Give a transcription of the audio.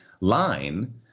line